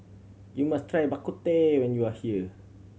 you must try Bak Kut Teh when you are here